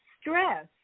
stress